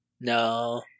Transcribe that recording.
No